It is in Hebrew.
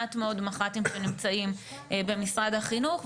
מעט מאוד שנמצאים במשרד החינוך,